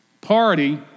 party